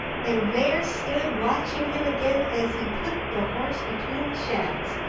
and there stood watching him again as he put the horse between the shafts,